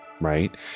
right